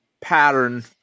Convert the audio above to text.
pattern